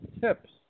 tips